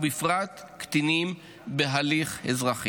ובפרט קטינים בהליך אזרחי.